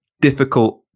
difficult